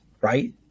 right